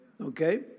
Okay